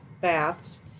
baths